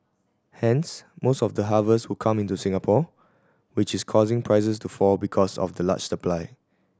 hence most of the harvest would come into Singapore which is causing prices to fall because of the large supply